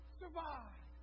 survive